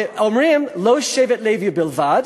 ואומרים "לא שבט לוי בלבד",